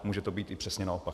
Může to být i přesně naopak.